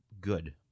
Good